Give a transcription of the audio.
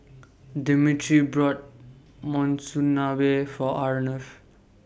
Demetri bought Monsunabe For Arnav